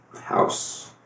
house